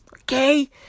Okay